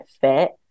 fit